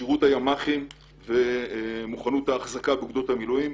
כשירות הימ"חים ומוכנות האחזקה ביחידות המילואים,